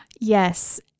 Yes